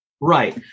Right